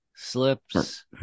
Slips